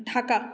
Dhaka